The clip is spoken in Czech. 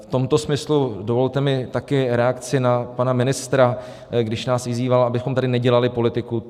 V tomto smyslu mi dovolte také reakci na pana ministra, když nás vyzýval, abychom tady nedělali politiku.